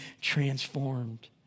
transformed